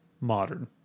modern